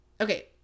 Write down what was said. Okay